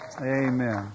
Amen